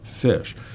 fish